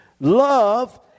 love